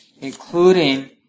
including